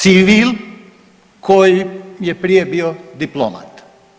Civil koji je prije bio diplomat.